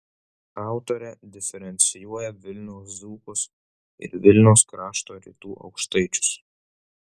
autorė diferencijuoja vilniaus dzūkus ir vilniaus krašto rytų aukštaičius